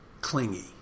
clingy